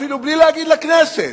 אפילו בלי להגיד לכנסת,